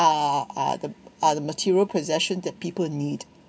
are are the are the material possessions that people need